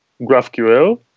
GraphQL